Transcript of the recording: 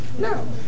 No